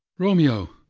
romeo!